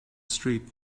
street